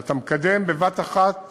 שאתה מקדם בבת-אחת